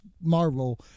Marvel